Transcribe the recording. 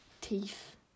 teeth